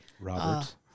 Robert